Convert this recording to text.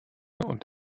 und